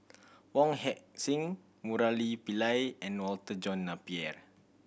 Wong Heck Sing Murali Pillai and Walter John Napier